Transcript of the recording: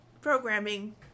programming